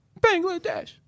Bangladesh